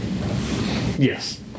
Yes